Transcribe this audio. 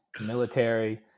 military